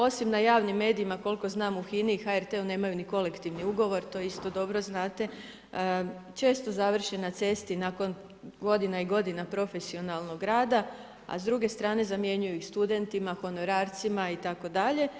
Osim na javnim medijima koliko znam u HINA-i i HRT-u nemaju ni kolektivni ugovor, to isto dobro znate, često završe na cesti nakon godina i godina profesionalnog rada, a s druge strane zamjenjuju ih studentima, honorarcima itd.